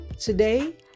Today